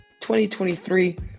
2023